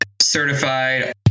certified